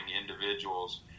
individuals